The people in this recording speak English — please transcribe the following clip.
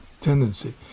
tendency